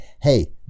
hey